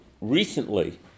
recently